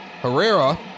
Herrera